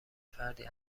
فردی